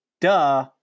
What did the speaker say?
Duh